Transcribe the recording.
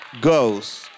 goes